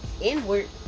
inward